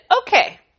okay